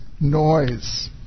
noise